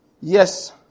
Yes